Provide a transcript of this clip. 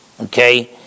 Okay